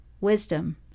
wisdom